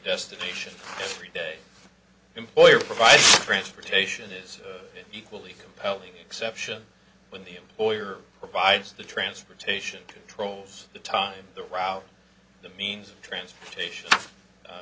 destination for a day employer provided transportation is equally compelling exception when the employer provides the transportation controls the time the route the means of transportation